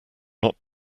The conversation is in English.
not